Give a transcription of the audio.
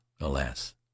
alas